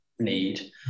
Need